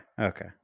Okay